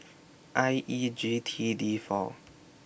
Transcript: I E G T D four